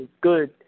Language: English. good